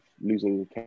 losing